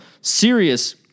serious